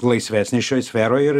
laisvesnis šioj sferoj ir